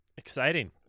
Exciting